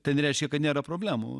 tai nereiškia kad nėra problemų